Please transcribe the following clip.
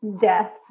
death